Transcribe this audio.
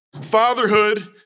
Fatherhood